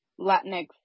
latinx